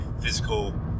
physical